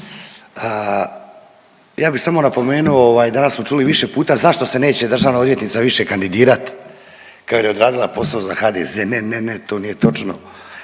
Ja bi samo napomenuo danas smo čuli više puta zašto se neće državna odvjetnica više kandidirat kad je odradila posao za HDZ, ne, ne, ne to nije točno,